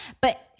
But-